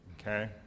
okay